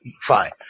Fine